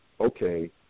Okay